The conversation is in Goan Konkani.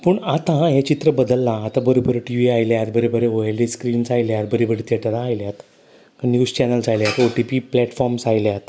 पूण आतां हें चित्र बदललां आतां बऱ्यो बऱ्यो टि व्ही आयल्यात बरे बरे O L E D screens आयल्यात व्हडली व्हडली थेटरां आयल्यात निव्ज चॅनल्स आयल्यांत ओ टी पी प्लॅटफॉम्स आयल्यात